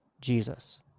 Jesus